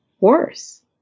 worse